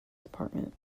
department